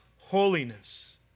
holiness